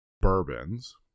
bourbons